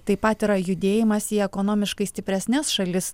taip pat yra judėjimas į ekonomiškai stipresnes šalis